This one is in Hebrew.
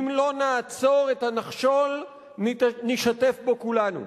אם לא נעצור את הנחשול נישטף בו כולנו.